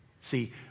See